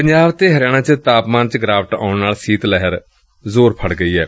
ਪੰਜਾਬ ਅਤੇ ਹਰਿਆਣਾ ਚ ਤਾਪਮਾਨ ਚ ਗਿਰਾਵਟ ਆਉਣ ਨਾਲ ਸੀਤ ਲਹਿਰ ਜ਼ੋਰ ਫੜ ਗਈ ਏ